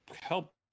help